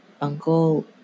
uncle